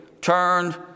turned